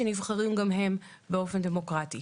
שנבחרים גם הם באופן דמוקרטי,